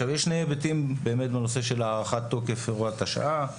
יש שני היבטים בנושא הארכת תוקף הוראת השעה: